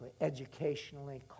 educationally